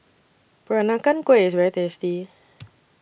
Peranakan Kueh IS very tasty